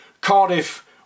Cardiff